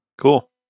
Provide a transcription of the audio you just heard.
Cool